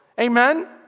Amen